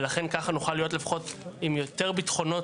ולכן כך נוכל להיות לפחות עם יותר ביטחונות